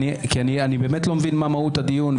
אני באמת לא מבין מה מהות הדיון.